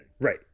Right